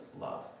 love